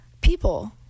People